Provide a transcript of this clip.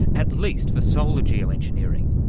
at least for solar geo-engineering.